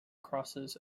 crosses